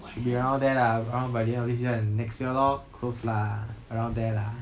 should be around there lah around by the end of this year and next year lor close lah around there lah